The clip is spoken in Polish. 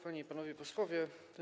Panie i Panowie Posłowie!